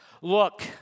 Look